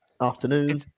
afternoon